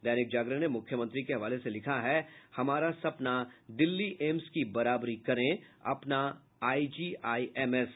दैनिक जागरण ने मुख्यमंत्री के हवाले से लिखा है हमारा सपना दिल्ली एम्स की बराबरी करे अपना आइजीआइएमएस